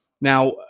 Now